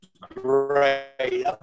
great